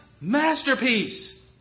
masterpiece